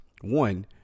One